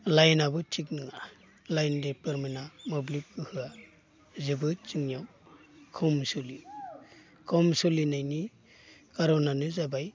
लाइनाबो थिख नङा लाइन डिपार्मेन्टआ मोब्लिबो होआ जोबोद जोंनियाव खम सोलियो खम सोलिनायनि खार'नानो जाबाय